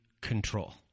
control